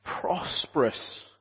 prosperous